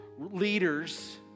leaders